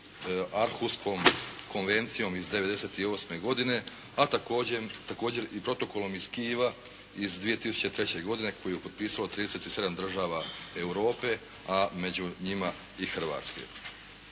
Arhuškom konvencijom iz '98. godine, a također i protokolom iz Kijeva iz 2003. godine koju je potpisalo 37 država Europe, a među njima i Hrvatske.